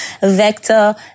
Vector